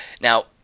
Now